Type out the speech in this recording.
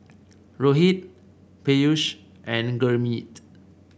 Rohit Peyush and Gurmeet